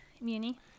Muni